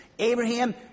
...Abraham